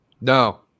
No